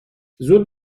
زود